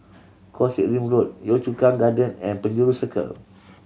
Koh Sek Lim Road Yio Chu Kang Gardens and Penjuru Circle